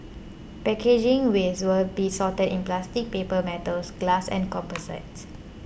packaging waste will be sorted into plastic paper metals glass and composites